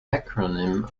acronym